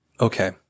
Okay